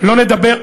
לא נדבר,